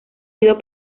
sido